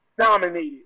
dominated